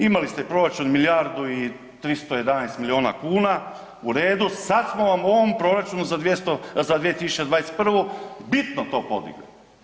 Imali ste proračun milijardu i 311 milijona kuna u redu, sad smo vam u ovom proračunu za 200, za 2021. bitno to podigli.